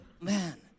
Man